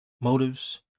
motives